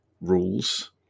rules